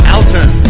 Alton